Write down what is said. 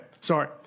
sorry